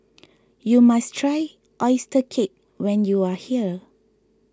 you must try Oyster Cake when you are here